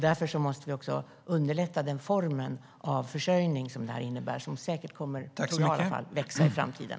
Därför måste vi också underlätta för den form av försörjning som det här innebär. Jag tror att det kommer att växa i framtiden.